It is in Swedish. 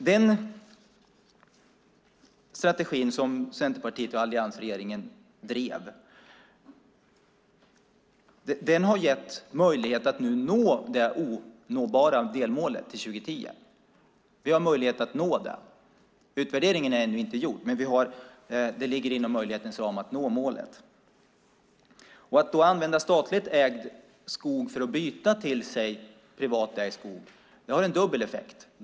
Den strategin, som Centerpartiet och alliansregeringen drev, har gjort att det finns möjlighet att nå det onåbara delmålet till 2010. Utvärderingen är ännu inte gjord, men det ligger inom möjlighetens ram att nå målet. Att använda statligt ägd skog för att byta till sig privat ägd skog har dubbel effekt.